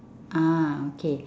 ah okay